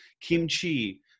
kimchi